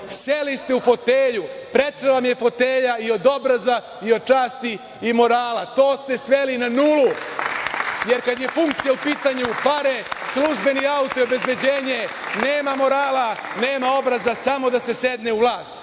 Seli ste u fotelju, preča vam je fotelja i od obraza i od časti i morala. To ste sveli na nulu, jer kada je funkcija u pitanju, pare, službeni auto, obezbeđenje, nema morala, nema obraza, samo da se sedne u vlast.